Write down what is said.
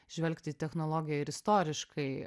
žvelgti į technologiją ir istoriškai